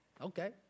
okay